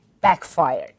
backfired